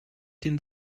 den